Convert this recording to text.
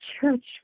church